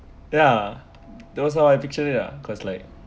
ya those how I picture it lah cause like